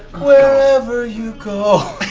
wherever you go,